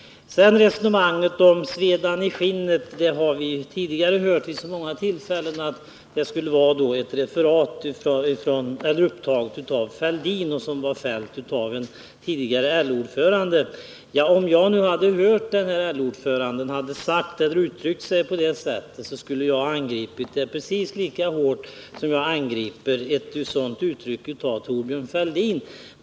Beträffande resonemanget om svedan i skinnet har vi tidigare hört vid så många tillfällen att det skulle ha förts av en tidigare LO-ordförande och tagits upp av Thorbjörn Fälldin. Om jag nu hade hört denne LO-ordförande uttrycka sig på det sättet, så skulle jag ha angripit uttalandet precis lika hårt som jag angriper ett sådant uttalande av Thorbjörn Fälldin.